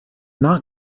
not